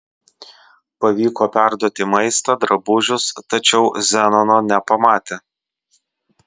pavyko perduoti maistą drabužius tačiau zenono nepamatė